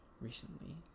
recently